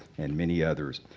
and many others.